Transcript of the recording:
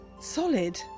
solid